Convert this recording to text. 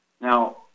Now